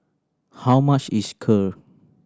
how much is Kheer